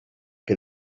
que